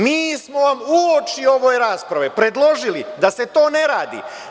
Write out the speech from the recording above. Mi smo uoči ove rasprave predložili da se to ne radi.